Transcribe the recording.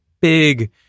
big